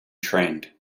trend